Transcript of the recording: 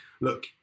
look